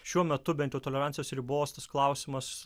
šiuo metu bent jau tolerancijos ribos tas klausimas